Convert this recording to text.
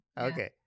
Okay